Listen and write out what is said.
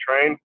train